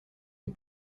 des